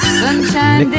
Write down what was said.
sunshine